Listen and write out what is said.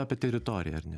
apie teritoriją ar ne